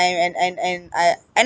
and and and and I I